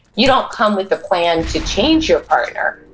you don't come with a plan to change your partner,